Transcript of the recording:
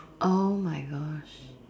!oh-my-gosh!